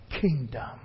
kingdom